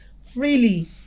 freely